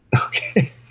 Okay